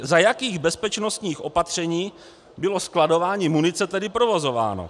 Za jakých bezpečnostních opatření bylo skladování munice tedy provozováno?